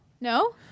No